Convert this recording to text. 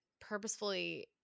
purposefully